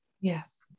Yes